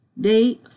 Day